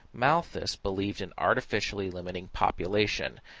malthus believed in artificially limiting population,